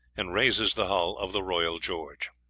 and raises the hull of the royal george.